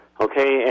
okay